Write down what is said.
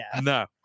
No